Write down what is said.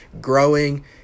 growing